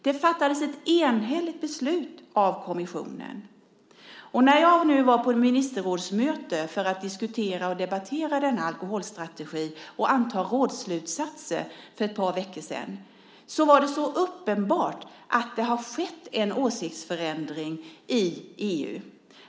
Det fattades ett enhälligt beslut av kommissionen. Och när jag nu var på ministerrådsmöte för att diskutera och debattera denna alkoholstrategi och anta rådsslutsatser för ett par veckor sedan var det så uppenbart att det har skett en åsiktsförändring i EU.